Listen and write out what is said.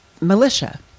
militia